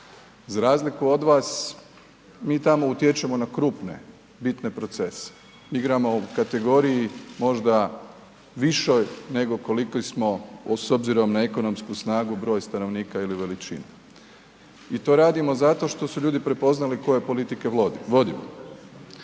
Za razliku od vas mi tamo utječemo na krupne, bitne procese. Igramo u kategoriji možda višoj nego koliki smo s obzirom na ekonomsku snagu, broj stanovnika ili veličinu. I to radimo zato što su ljudi prepoznali koje politike vodimo.